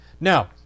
Now